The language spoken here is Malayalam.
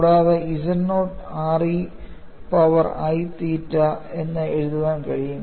കൂടാതെ z not r e power i theta 𝚹 എന്ന് എഴുതാൻ കഴിയും